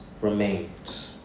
remains